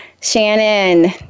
Shannon